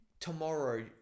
tomorrow